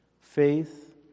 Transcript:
faith